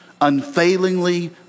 unfailingly